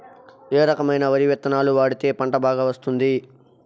ఏ రకమైన వరి విత్తనాలు వాడితే పంట బాగా వస్తుంది?